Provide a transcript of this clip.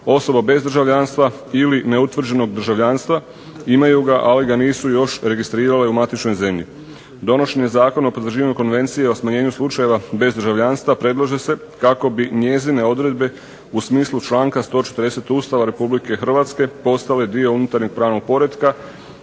osoba bez državljanstva ili neutvrđenog državljanstva, imaju ga ali ga nisu još registrirali u matičnoj zemlji. Donošenje Zakona o potvrđivanju Konvencije o smanjenju slučajeva bezdržavljanstva predlaže se kako bi njezine odredbe u smislu 140. Ustava Republike Hrvatske postale dio unutarnjeg pravnog poretka,